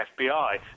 FBI